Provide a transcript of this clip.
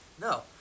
No